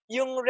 Yung